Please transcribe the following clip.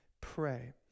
pray